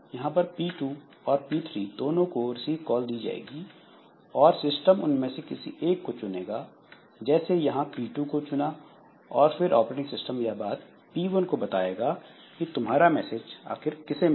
यहां पर P2 और P3 दोनों को रिसीव कॉल दी जाएगी और सिस्टम उनमें से किसी एक को चुनेगा जैसे यहाँ P2 को चुना और फिर ऑपरेटिंग सिस्टम यह बात P1 को बताएगा कि तुम्हारा मैसेज किसे मिला